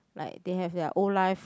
like they have their whole life